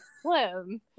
slim